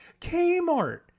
Kmart